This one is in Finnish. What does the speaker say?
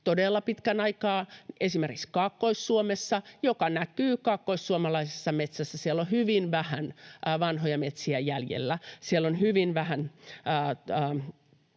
todella pitkän aikaa esimerkiksi Kaakkois-Suomessa, mikä näkyy kaakkoissuomalaisessa metsässä: siellä on hyvin vähän vanhoja metsiä jäljellä, siellä on hyvin vähän